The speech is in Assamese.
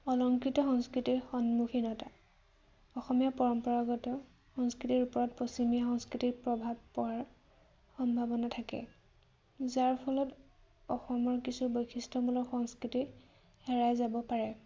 অলংকিত সংস্কৃতিৰ সন্মুখীনতা অসমীয়া পৰম্পৰাগত সংস্কৃতিৰ ওপৰত পশ্চিমীয়া সংস্কৃতিৰ প্ৰভাৱ পৰাৰ সম্ভাৱনা থাকে যাৰ ফলত অসমৰ কিছু বৈশিষ্ট্যমূলক সংস্কৃতি হেৰাই যাব পাৰে